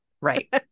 Right